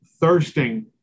thirsting